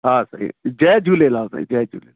हा साईं जय झूलेलाल साईं जय झूलेलाल